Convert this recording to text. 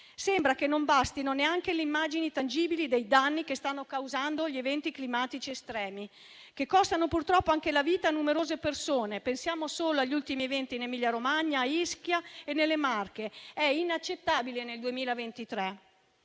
Sembra che non bastino neanche le immagini tangibili dei danni che stanno causando gli eventi climatici estremi, che costano purtroppo la vita a numerose persone. Pensiamo solo agli ultimi eventi in Emilia-Romagna, a Ischia e nelle Marche. Ciò è inaccettabile nel 2023.